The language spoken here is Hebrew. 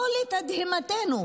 שזה לא לתדהמתנו,